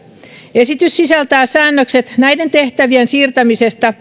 esitys sisältää säännökset näiden tehtävien siirtämisestä